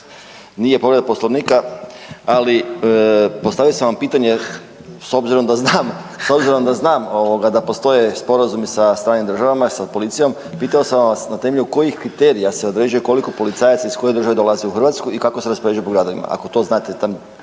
nije povreda Poslovnika ali postavio sam vam pitanje s obzirom da znam da postoje sporazumi sa stranim državama, sa policijom, pitao sam vas na temelju kojih kriterija se određuje koliko policajaca iz koje države dolazi u Hrvatsku i kako se raspoređuju po gradovima? Ako to znate jer